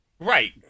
Right